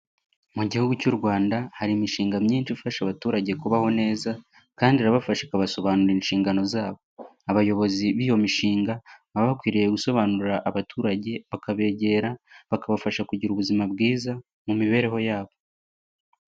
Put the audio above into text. Mu gihugu cy'u Rwanda, hari imishinga myinshi ifasha abaturage kubaho neza, kandi irabafasha ikabasobanurira inshingano zabo. Abayobozi b'iyo mishinga, baba bakwiriye gusobanurira abaturage, bakabegera, bakabafasha kugira ubuzima bwiza, mu mibereho yabo.